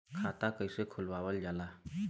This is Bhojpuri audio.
खाता कइसे खुलावल जाला?